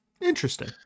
Interesting